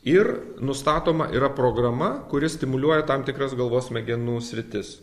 ir nustatoma yra programa kuri stimuliuoja tam tikras galvos smegenų sritis